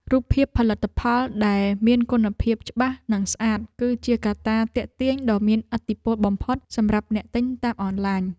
រូបភាពផលិតផលដែលមានគុណភាពច្បាស់និងស្អាត គឺជាកត្តាទាក់ទាញដ៏មានឥទ្ធិពលបំផុតសម្រាប់អ្នកទិញតាមអនឡាញ។